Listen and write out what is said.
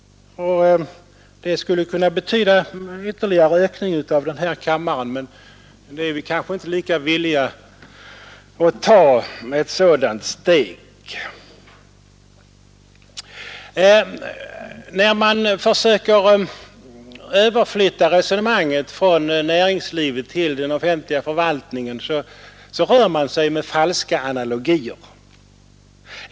Det skulle kunna betyda ytterligare ökning av den här kammaren, men vi är kanske inte lika villiga att ta ett sådant steg. När man försöker överflytta resonemanget från näringslivet till den offentliga förvaltningen, så rör man sig med falska analogier.